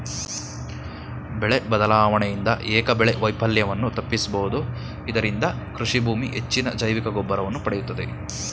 ಬೆಳೆ ಬದಲಾವಣೆಯಿಂದ ಏಕಬೆಳೆ ವೈಫಲ್ಯವನ್ನು ತಪ್ಪಿಸಬೋದು ಇದರಿಂದ ಕೃಷಿಭೂಮಿ ಹೆಚ್ಚಿನ ಜೈವಿಕಗೊಬ್ಬರವನ್ನು ಪಡೆಯುತ್ತದೆ